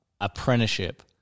apprenticeship